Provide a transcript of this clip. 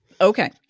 Okay